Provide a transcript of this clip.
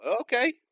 okay